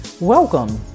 Welcome